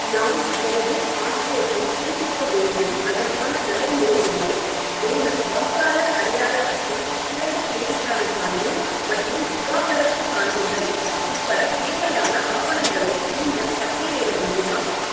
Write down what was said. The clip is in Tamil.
நான் எனது பாஸ்போர்ட்டை புதுப்பிக்க வேண்டும் அதற்கான நடைமுறை என்ன மேலும் வாக்காளர் அடையாள அட்டை பிறந்த தேதிக்கான சான்று மற்றும் விவாகரத்து சான்றிதழ் உட்பட தேவையான ஆவணங்களை நீங்கள் பட்டியலிட முடியுமா